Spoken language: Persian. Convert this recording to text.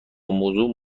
موضوع